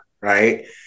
right